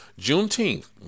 Juneteenth